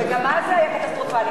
וגם אז זה היה קטסטרופלי.